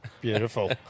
Beautiful